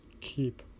keep